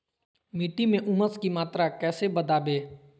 मिट्टी में ऊमस की मात्रा कैसे बदाबे?